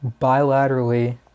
bilaterally